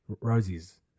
Rosie's